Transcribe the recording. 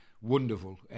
wonderful